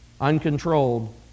uncontrolled